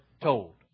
told